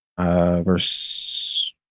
verse